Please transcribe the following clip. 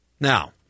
Now